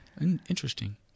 Interesting